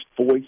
voice